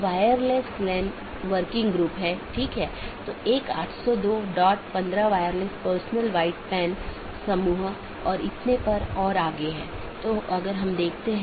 बाहरी gateway protocol जो एक पाथ वेक्टर प्रोटोकॉल का पालन करते हैं और ऑटॉनमस सिस्टमों के बीच में सूचनाओं के आदान प्रदान की अनुमति देता है